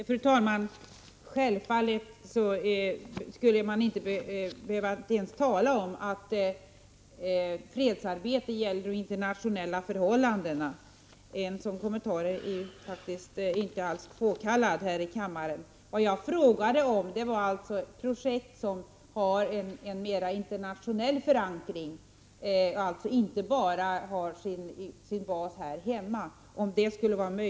Fru talman! Självfallet skulle man inte ens behöva tala om att fredsarbete gäller internationella förhållanden. En sådan kommentar är inte alls påkallad häri kammaren. Vad jag frågade om var huruvida det är möjligt att få pengar till ett projekt som har en mera internationell förankring, alltså inte bara har sin bas här hemma.